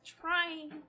trying